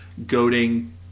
Goading